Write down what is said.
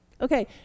okay